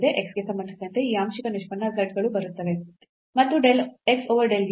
x ಗೆ ಸಂಬಂಧಿಸಿದಂತೆ ಈ ಆಂಶಿಕ ನಿಷ್ಪನ್ನ z ಗಳು ಬರುತ್ತದೆ ಮತ್ತು del x over del u